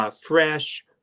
fresh